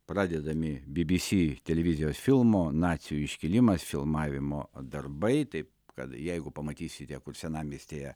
pradedami by by sy televizijos filmo nacių iškilimas filmavimo darbai taip kad jeigu pamatysite kur senamiestyje